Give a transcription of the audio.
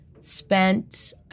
spent